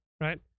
right